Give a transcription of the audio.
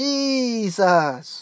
Jesus